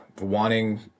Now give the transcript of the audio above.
wanting